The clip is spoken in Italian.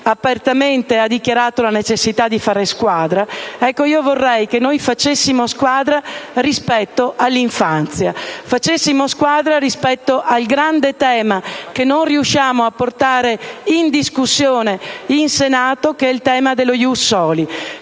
apertamente ha dichiarato la necessità di fare squadra. Vorrei che facessimo squadra rispetto all'infanzia, rispetto al grande tema che non riusciamo a portare in discussione in Senato, quello dello *ius* *soli*.